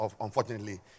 unfortunately